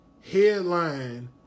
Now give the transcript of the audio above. headline